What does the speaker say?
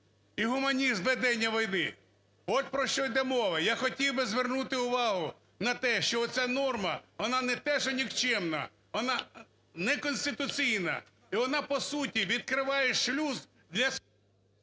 і гуманізм ведення війни. От про що іде мова. Я хотів би звернути увагу на те, що ця норма, вона не те що нікчемна, вона неконституційна. І вона по суті відкриває шлюз для…